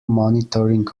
monitoring